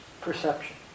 perception